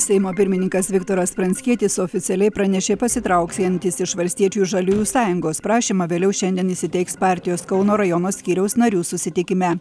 seimo pirmininkas viktoras pranckietis oficialiai pranešė pasitrauksiantis iš valstiečių ir žaliųjų sąjungos prašymą vėliau šiandien jis įteiks partijos kauno rajono skyriaus narių susitikime